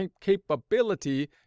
capability